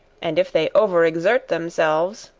and if they over-exert themselves,